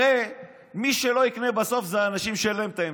הרי מי שלא יקנה בסוף זה אנשים שאין להם את האמצעים.